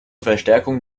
verstärkung